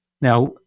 Now